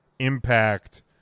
impact